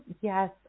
Yes